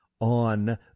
on